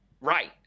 Right